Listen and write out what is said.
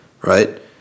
right